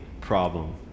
problem